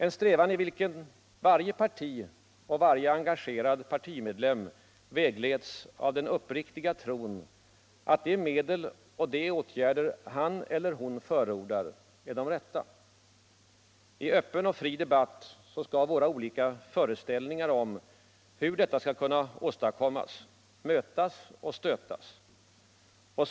En strävan i vilken varje parti och varje engagerad partimedlem vägleds av den uppriktiga tron att de medel och de åtgärder han eller hon förordar är de rätta. I öppen och fri debatt skall våra olika föreställningar om hur detta skall kunna åstadkommas mötas och stötas.